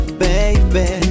baby